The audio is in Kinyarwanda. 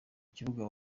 kibuga